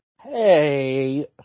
Hey